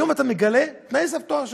היום אתה מגלה: תנאי סף, תואר שני.